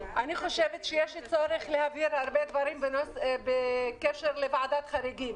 אני חושבת שיש צורך להבהיר הרבה דברים בקשר לוועדת חריגים.